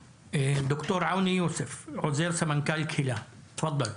ד"ר עאוני יוסף, עוזר סמנכ"ל קהילה, בבקשה.